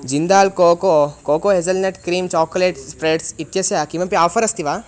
Jindal cocoa cocoa hazelnut cream chocolate spreads इत्यस्य किमपि offer अस्ति वा